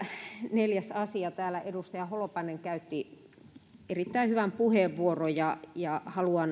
neljäs asia täällä edustaja holopainen käytti erittäin hyvän puheenvuoron ja haluan myös